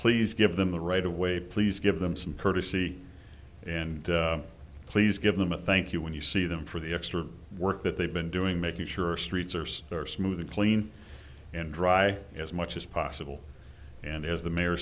please give them the right away please give them some courtesy and please give them a thank you when you see them for the extra work that they've been doing making sure streets are very smooth and clean and dry as much as possible and as the mayor